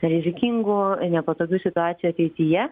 rizikingų nepatogių situacijų ateityje